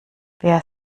wer